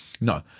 No